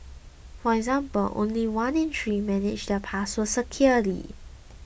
for example only one in three manage their passwords securely